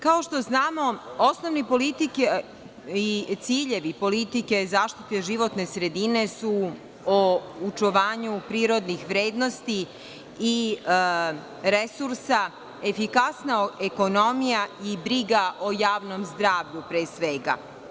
Kao što znamo, osnovi politike i ciljevi politike Zaštite životne sredine su o očuvanju prirodnih vrednosti i resursa, efikasna ekonomija i briga o javnom zdravlju, pre svega.